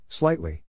slightly